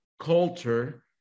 culture